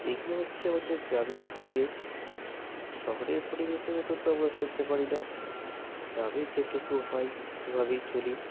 এগুলো হচ্ছে আমাদের গ্রামের পরিবেশ শহরের পরিবেশের মতো তো আমরা চলতে পারি না গ্রামে যেটুকু হই সেভাবেই চলি